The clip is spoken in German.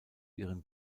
ihren